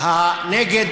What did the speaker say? נגד